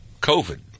COVID